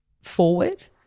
forward